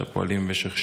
שפועלים במשך שנים,